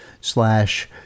slash